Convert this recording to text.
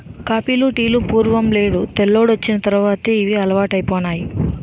కాపీలు టీలు పూర్వం నేవు తెల్లోడొచ్చిన తర్వాతే ఇవి అలవాటైపోనాయి